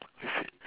we feel